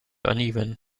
uneven